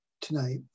tonight